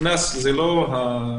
הקנס זה לא הכסף,